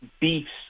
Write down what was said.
beefs